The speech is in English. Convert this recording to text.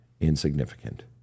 insignificant